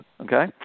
okay